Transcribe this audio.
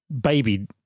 baby